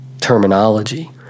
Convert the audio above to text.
terminology